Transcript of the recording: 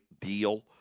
deal